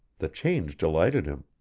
the change delighted him.